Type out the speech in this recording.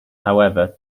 however